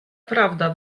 правда